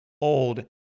old